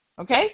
Okay